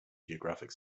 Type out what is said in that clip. geographic